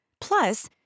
Plus